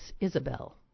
Isabel